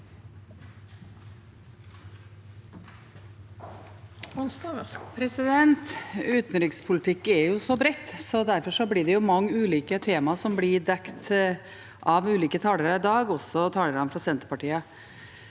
Utenrikspolitikkfel- tet er så bredt. Derfor er det mange ulike tema som blir dekt av ulike talere i dag, også talerne fra Senterpartiet.